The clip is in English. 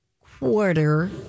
quarter